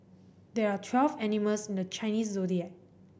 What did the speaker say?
there are twelve animals in the Chinese Zodiac